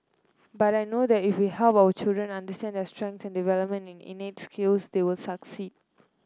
but I know that if we help our children understand their strengths and development in innate skills they will succeed